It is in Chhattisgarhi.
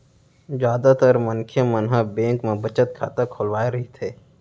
जादातर मनखे मन ह बेंक म बचत खाता खोलवाए रहिथे